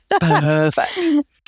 Perfect